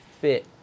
fit